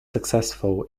successful